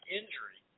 injury